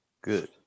Good